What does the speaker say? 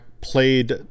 played